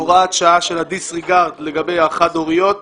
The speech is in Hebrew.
הוראת שעה של הדיסריגרד לגבי החד-הוריות.